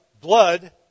blood